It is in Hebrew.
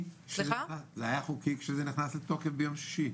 זה היה חוקי כשזה נכנס לתוקף ביום שישי.